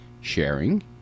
sharing